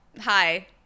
hi